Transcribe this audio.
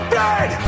dead